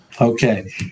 Okay